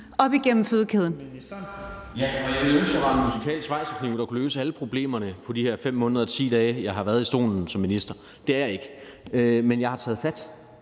op igennem fødekæden.